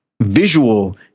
visual